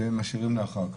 אז זה משאירים לאחר כך.